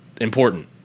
important